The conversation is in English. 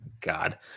God